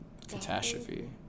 Catastrophe